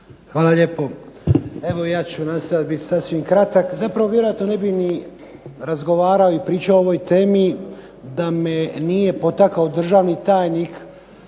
Hvala lijepo. Evo ja ću nastojati biti sasvim kratak. Zapravo vjerojatno ne bi ni razgovarao i pričao o ovoj temi da me nije potakao državni tajnik